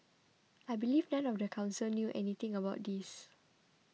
I believe none of the council knew anything about this